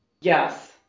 Yes